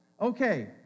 Okay